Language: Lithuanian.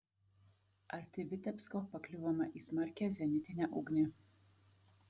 arti vitebsko pakliuvome į smarkią zenitinę ugnį